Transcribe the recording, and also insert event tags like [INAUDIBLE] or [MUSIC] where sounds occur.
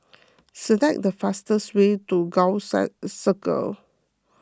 select the fastest way to Gul [UNINTELLIGIBLE] Circle